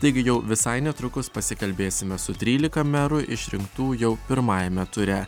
taigi jau visai netrukus pasikalbėsime su trylika merų išrinktų jau pirmajame ture